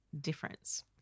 difference